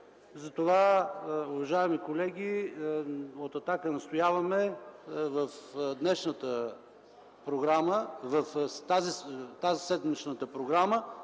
Уважаеми колеги, от „Атака” настояваме в днешната програма, в таз седмичната програма